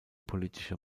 politische